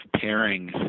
pairing